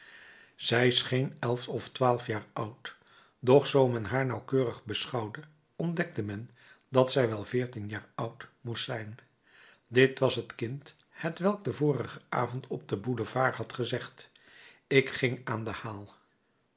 zij scheen elf of twaalf jaar oud doch zoo men haar nauwkeurig beschouwde ontdekte men dat zij wel veertien jaar oud moest zijn dit was het kind hetwelk den vorigen avond op den boulevard had gezegd ik ging aan den haal